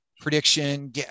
prediction